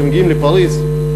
לפריז?